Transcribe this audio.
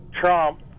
trump